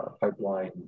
pipeline